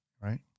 right